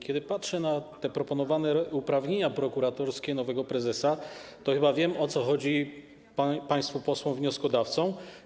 Kiedy patrzę na proponowane uprawnienia prokuratorskie nowego prezesa, to chyba wiem, o co chodzi państwu posłom wnioskodawcom.